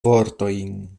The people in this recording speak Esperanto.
vortojn